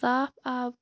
صاف آب